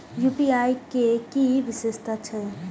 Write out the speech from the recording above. UPI के कि विषेशता छै?